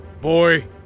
Boy